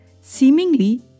Seemingly